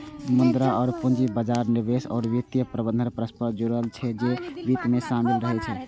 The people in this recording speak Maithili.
मुद्रा आ पूंजी बाजार, निवेश आ वित्तीय प्रबंधन परस्पर जुड़ल छै, जे वित्त मे शामिल रहै छै